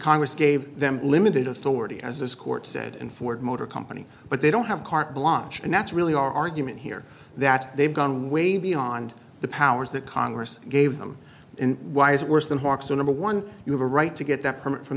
congress gave them limited authority as as court said and ford motor company but they don't have carte blanche and that's really our argument here that they've gone way beyond the powers that congress gave them in why is it worse than hawks a number one you have a right to get that permit from